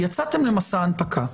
יצאתם למסע הנפקה.